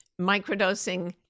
microdosing